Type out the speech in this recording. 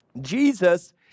Jesus